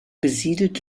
besiedelt